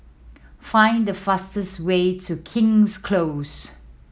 find the fastest way to King's Close